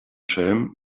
schelm